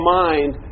mind